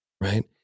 right